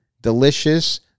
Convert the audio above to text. delicious